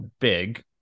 big